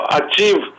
achieve